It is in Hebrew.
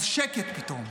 אז שקט פתאום.